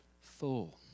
full